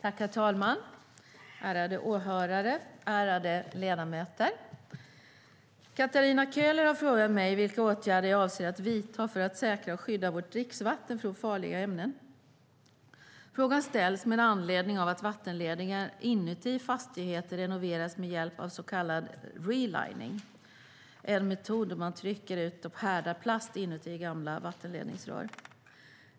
Herr talman! Ärade åhörare och ärade ledamöter! Katarina Köhler har frågat mig vilka åtgärder jag avser att vidta för att säkra och skydda vårt dricksvatten från farliga ämnen. Frågan ställs med anledning av att vattenledningar inuti fastigheter renoveras med hjälp av så kallad relining, en metod där man trycker ut och härdar plast inuti gamla vattenledningsrör.